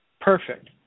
Perfect